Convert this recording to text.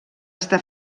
està